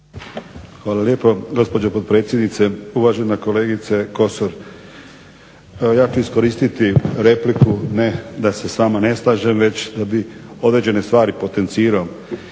Hvala lijepo gospođo potpredsjednice, uvažena kolegice Kosor. Ja ću iskoristiti repliku ne da se s vama ne slažem već da bi određene stvari potencirao